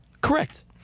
Correct